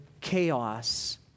chaos